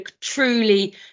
truly